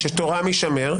שתורם יישמר,